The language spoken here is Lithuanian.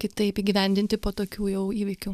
kitaip įgyvendinti po tokių jau įvykių